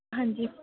ਹਾਂਜੀ